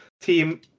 team